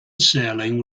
serling